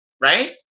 right